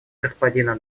господина